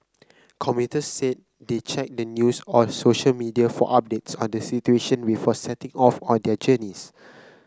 commuters said they checked the news or social media for updates on the situation before setting off on their journeys